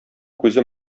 күзе